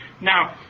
Now